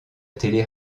télé